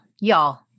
y'all